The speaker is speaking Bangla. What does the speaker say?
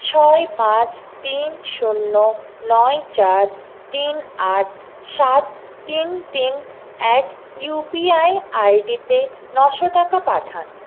ছয় পাঁচ তিন শূন্য নয় চার তিন আট সাত তিন তিন অ্যাট ইউ পি আই আইডিতে নশো টাকা পাঠান